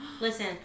Listen